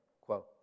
quote